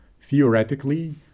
theoretically